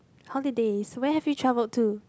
holidays where have you traveled to